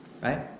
right